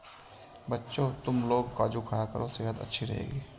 बच्चों, तुमलोग काजू खाया करो सेहत अच्छी रहेगी